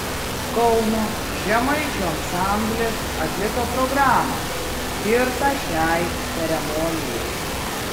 kauno žemaičių ansamblis atliko programą skirtą šiai ceremonijai